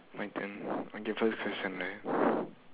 my turn okay first question right